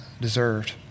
deserved